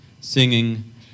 singing